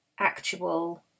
actual